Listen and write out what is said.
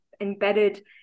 embedded